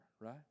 right